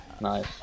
Nice